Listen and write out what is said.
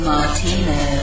Martino